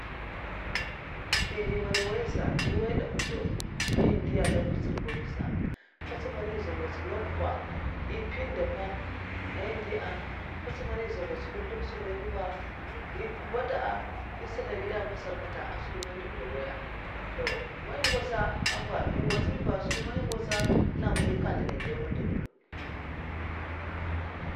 Skwi'dè m' man èh n'woy a dèff'daw ai ndiya ava nlèk nhwutsud'babga sa ta man ndè nabugha klif' èh mpinana dè'mpèts mana èh za ngwots nkuzlumtsorugh'èh hwabata'èh sèda gèd a masar'kata ko azinè mpèna dè' sai ndi manakwa'nènga nèsa skwi man ndèv ga nwoy to man èh ngwots to man èh ngwots bi ba klèn'skwi man ngwots èh kazlèn èn nè gèd mada'daw sa de.